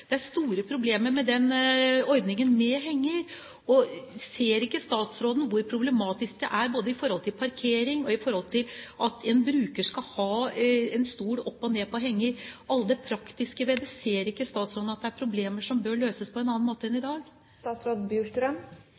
Det er store problemer med ordningen med henger. Ser ikke statsråden hvor problematisk det er, både i forhold til parkering og i forhold til at en bruker skal ha en stol opp og ned på henger – alt det praktiske ved dette? Og ser ikke statsråden at det er problemer som bør løses på en annen måte enn i dag?